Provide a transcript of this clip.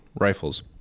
rifles